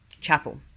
Chapel